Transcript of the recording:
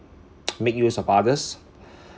make use of others